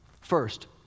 First